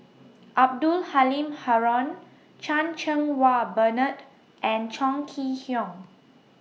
Abdul Halim Haron Chan Cheng Wah Bernard and Chong Kee Hiong